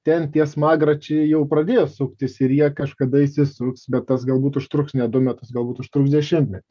ten tie smagračiai jau pradėjo suktis ir jie kažkada įsisuks bet tas galbūt užtruks ne du metus galbūt užtruks dešimtmetį